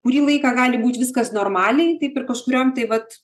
kurį laiką gali būt viskas normaliai taip ir kažkuriam tai vat